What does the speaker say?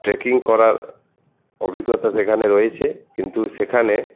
trekking করার অভিজ্ঞতা সেখানে রয়েছে কিন্তু সেখানে